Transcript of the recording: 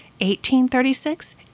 1836